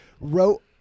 Wrote